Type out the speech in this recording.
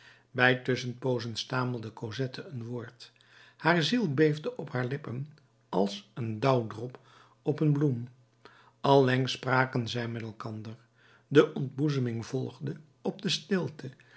bij tusschenpoozen stamelde cosette een woord haar ziel beefde op haar lippen als een dauwdrop op een bloem allengs spraken zij met elkander de ontboezeming volgde op de stilte